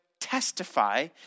testify